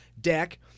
deck